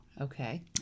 Okay